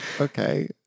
Okay